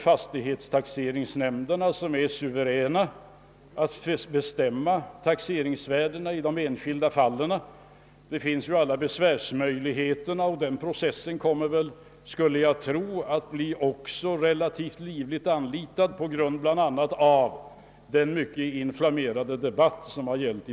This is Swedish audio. Fastighetstaxeringsnämnderna är ju suveräna när det gäller att bestämma taxeringsvärdena i de enskilda fallen, men det finns ju alla besvärsmöjligheter och dessa kommer nog att bli relativt livligt anlitade, bland annat på grund av den mycket inflammerade debatten i fråga.